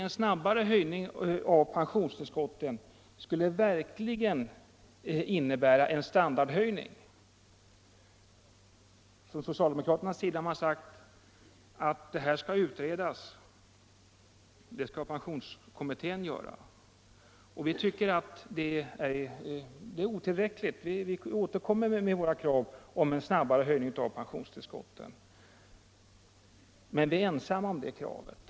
En snabbare höjning av pensionstillskotten skulle verkligen innebära en standardhöjning. Socialdemokraterna har sagt att denna fråga skall utredas av pensionskommittén. Vi tycker att det är otillräckligt, och vi återkommer med våra krav om en snabbare höjning av pensionstillskotten. Men vi är ensamma om det kravet.